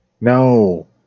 No